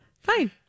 Fine